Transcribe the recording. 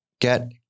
get